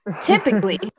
Typically